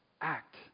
act